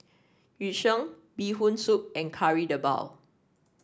Yu Sheng Bee Hoon Soup and Kari Debal